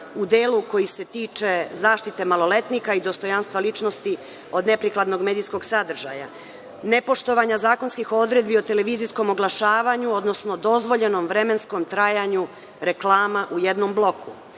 u delu koji se tiče zaštite maloletnika i dostojanstva ličnosti od neprikladnog medijskog sadržaja, nepoštovanja zakonskih odredbi o televizijskom oglašavanju, odnosno dozvoljenom vremenskom trajanju reklama u jednom bloku,